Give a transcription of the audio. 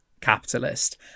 capitalist